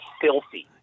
filthy